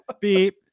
beep